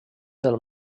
del